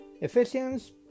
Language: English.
Ephesians